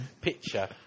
picture